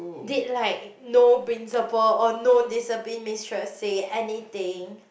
did like no principal or no discipline misteress say anything